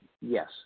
yes